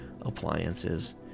appliances